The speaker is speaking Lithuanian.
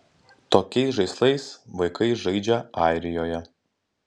tokiais žaislais vaikai žaidžia airijoje